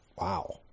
Wow